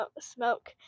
smoke